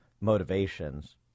motivations